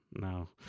no